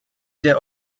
der